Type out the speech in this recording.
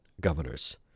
governors